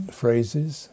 phrases